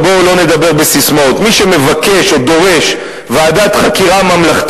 להיות הבוס שלהם והיה יכול להורות